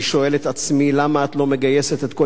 אני שואל את עצמי למה את לא מגייסת את כל